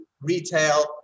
retail